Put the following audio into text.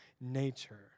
nature